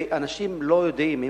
ואנשים לא יודעים,